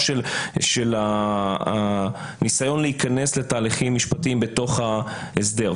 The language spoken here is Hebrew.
של הניסיון להיכנס לתהליכים משפטיים בתוך ההסדר.